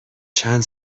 چند